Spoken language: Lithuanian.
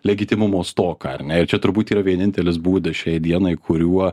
legitimumo stoką ar ne ir čia turbūt yra vienintelis būdas šiai dienai kuriuo